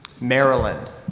Maryland